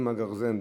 עם הגרזן,